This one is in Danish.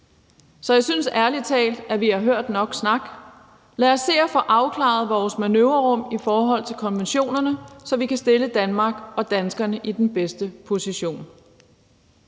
Så jeg synes ærlig talt, at vi har hørt nok snak. Lad os se at få afklaret vores manøvrerum i forhold til konventionerne, så vi kan stille Danmark og danskerne i den bedste position.